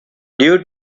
due